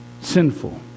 Sinful